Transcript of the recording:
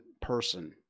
person